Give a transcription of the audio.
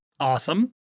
Awesome